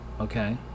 Okay